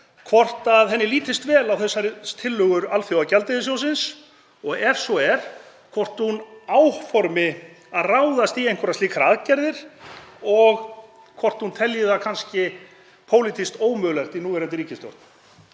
hvort henni lítist vel á þessar tillögur Alþjóðagjaldeyrissjóðsins. Og ef svo er hvort hún áformi að ráðast í einhverjar slíkar aðgerðir eða hvort hún telji það kannski pólitískt ómögulegt í núverandi ríkisstjórn.